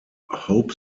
hope